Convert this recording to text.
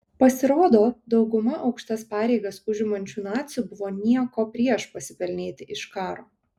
pasirodo dauguma aukštas pareigas užimančių nacių buvo nieko prieš pasipelnyti iš karo